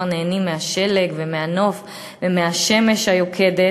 נהנים מהשלג ומהנוף ומהשמש היוקדת,